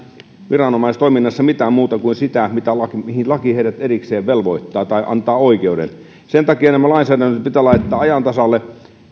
viranomaistoiminnassa mitään muuta kuin sitä mihin laki heidät erikseen velvoittaa tai antaa oikeuden sen takia nämä lainsäädännöt pitää laittaa ajan tasalle